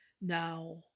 now